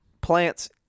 plants